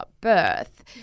birth